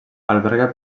alberga